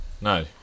no